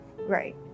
Right